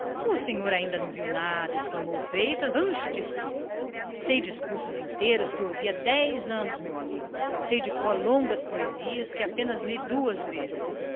senhor ainda não viu nada segredava ele ao outro sei discursos inteiros longos que ouvi há dez anos sei de cor meu caro doutor extensas poesias que apenas li duas vezes